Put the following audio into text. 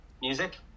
Music